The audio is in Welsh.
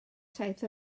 saith